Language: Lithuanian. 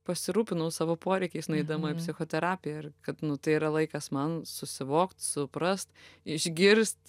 pasirūpinau savo poreikiais nueidama į psichoterapiją ir kad tai yra laikas man susivokt suprast išgirst